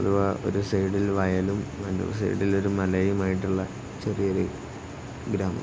അഥവാ ഒരു സൈഡിൽ വയലും മറ്റൊരു സൈഡിലൊരു മലയുമായിട്ടുള്ള ചെറിയയൊരു ഗ്രാമം